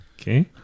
Okay